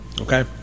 okay